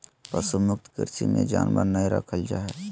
पशु मुक्त कृषि मे जानवर नय रखल जा हय